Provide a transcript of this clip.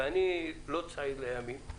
ואני לא צעיר לימים.